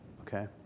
okay